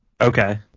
Okay